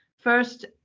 first